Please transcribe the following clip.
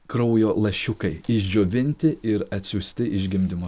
kraujo lašiukai išdžiovinti ir atsiųsti iš gimdymo